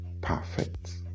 perfect